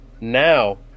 Now